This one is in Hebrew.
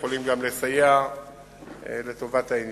והם יכולים גם לסייע לטובת העניין.